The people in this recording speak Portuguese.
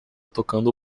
tocando